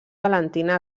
valentina